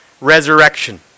resurrection